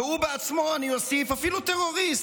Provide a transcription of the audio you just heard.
והוא בעצמו, אני אוסיף, אפילו טרוריסט: